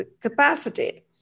capacity